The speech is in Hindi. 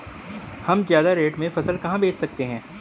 हम ज्यादा रेट में फसल कहाँ बेच सकते हैं?